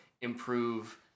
improve